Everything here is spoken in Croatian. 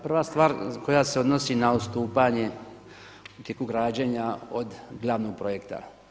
Prva stvar koja se odnosi na odstupanje u tijeku građenja glavnog projekta.